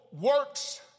works